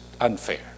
unfair